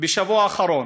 בשבוע האחרון.